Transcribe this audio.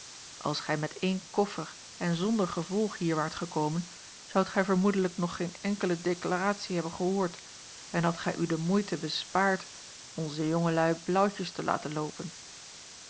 als gij met één koffer en zonder gevolg hier waart gekomen zoudt gij vermoedelijk nog geen enkele declaratie hebben gehoord en hadt gij u de moeite bespaard onze jongelui blauwtjes te laten loopen